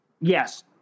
Yes